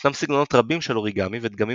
ישנם סגנונות רבים של אוריגמי ודגמים